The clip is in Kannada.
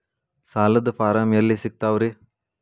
ಸಾಲದ ಫಾರಂ ಎಲ್ಲಿ ಸಿಕ್ತಾವ್ರಿ?